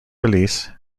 release